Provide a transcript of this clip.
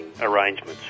arrangements